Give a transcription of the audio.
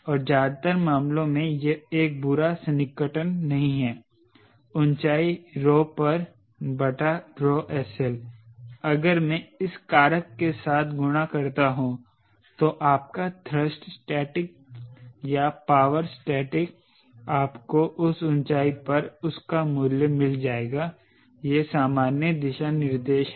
और ज्यादातर मामलों में यह एक बुरा सन्निकटन नहीं है ऊँचाई 𝜌 पर बटा 𝜌SL अगर मैं इस कारक के साथ गुणा करता हूं तो आपका थ्रस्ट स्टेटिक या पावर स्टेटिक आपको उस ऊँचाई पर उस का मूल्य मिल जाएगा यह सामान्य दिशानिर्देश है